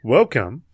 Welcome